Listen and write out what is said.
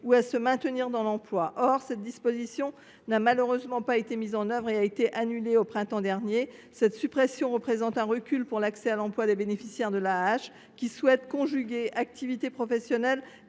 ou à se maintenir dans l’emploi. Or cette disposition n’a malheureusement pas été mise en œuvre et a été annulée au printemps dernier. Cette suppression représente un recul pour l’accès à l’emploi des bénéficiaires de l’AAH qui souhaitent conjuguer activité professionnelle